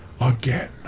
again